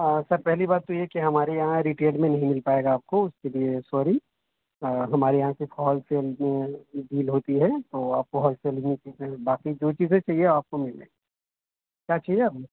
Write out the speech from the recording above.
سر پہلی بات تو یہ کہ ہمارے یہاں ریٹیل میں نہیں مل پائے گا آپ کو اس کے لیے سوری ہمارے یہاں صرف ہولسیل میں ڈیل ہوتی ہے تو آپ کو ہولسیل میں باقی جو چیزیں چاہیے آپ کو مل جائے گی کیا چاہیے آپ